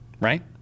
right